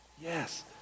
Yes